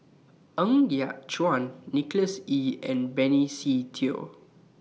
Ng Yat Chuan Nicholas Ee and Benny Se Teo